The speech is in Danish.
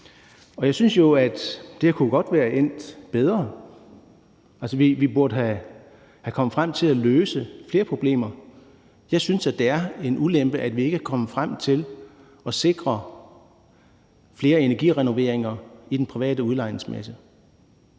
og jeg synes jo, at det her godt kunne være endt bedre. Altså, vi burde være kommet frem til at løse flere problemer. Jeg synes, at det er en ulempe, at vi ikke er kommet frem til at sikre flere energirenoveringer i den private udlejningsmasse.